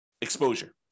exposure